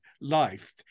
life